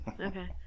okay